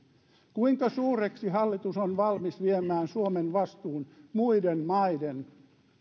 kuinka suureksi hallitus on valmis viemään suomen vastuun muiden maiden